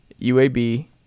UAB